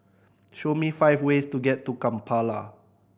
show me five ways to get to Kampala